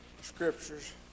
scriptures